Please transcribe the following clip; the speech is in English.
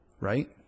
Right